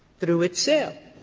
through its sale,